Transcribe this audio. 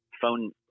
phone